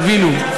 תבינו,